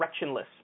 directionless